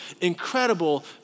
incredible